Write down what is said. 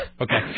Okay